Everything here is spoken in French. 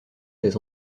des